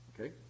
okay